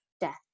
death